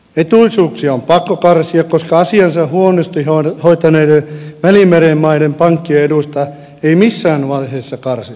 etuisuuksia on pakko karsia koska asiansa huonosti hoitaneiden välimeren maiden pankkien eduista ei missään vaiheessa karsittu ei yhtään latia